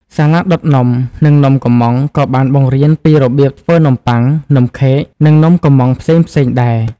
សាលាដុតនំ និងនំកម្មង់ ក៏បានបង្រៀនពីរបៀបធ្វើនំបុ័ង នំខេក និងនំកុម្មង់ផ្សេងៗដែរ។